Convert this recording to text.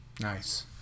Nice